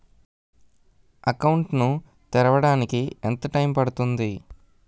Account ను తెరవడానికి ఎంత టైమ్ పడుతుంది?